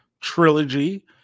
trilogy